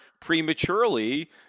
prematurely